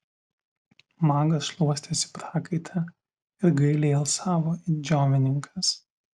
magas šluostėsi prakaitą ir gailiai alsavo it džiovininkas